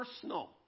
personal